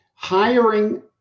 Hiring